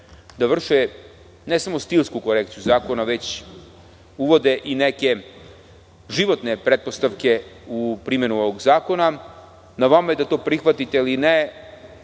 da vrše ne samo stilsku korekciju zakona već uvode i neke životne pretpostavke u primenu ovog zakona. Na vama je da to prihvatite ili ne.